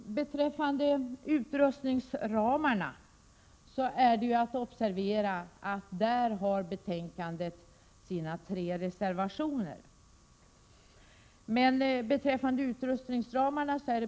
Det är att observera att de tre reservationerna till betänkandet gäller utrustningsramarna.